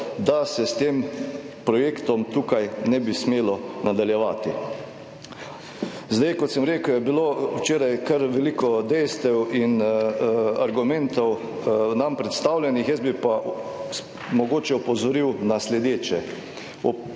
da se s tem projektom tukaj ne bi smelo nadaljevati. Zdaj, kot sem rekel, je bilo včeraj kar veliko dejstev in argumentov nam predstavljenih, jaz bi pa mogoče opozoril na sledeče.